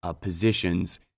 positions